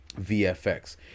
VFX